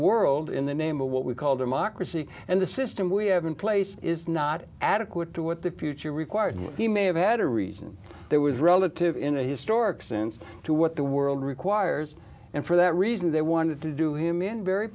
world in the name of what we call democracy and the system we have in place is not adequate to what the future required and he may have had a reason there was relative in a historic sense to what the world requires and for that reason they wanted to do him in very